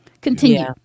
continue